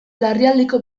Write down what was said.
larrialdiko